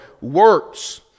works